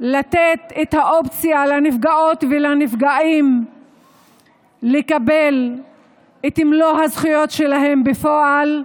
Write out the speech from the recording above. לתת את האופציה לנפגעות ולנפגעים לקבל את מלוא הזכויות שלהם בפועל,